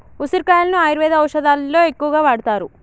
ఉసిరికాయలను ఆయుర్వేద ఔషదాలలో ఎక్కువగా వాడుతారు